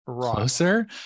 closer